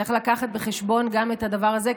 צריך להביא בחשבון גם את הדבר הזה,